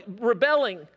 rebelling